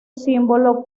símbolo